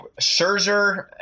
Scherzer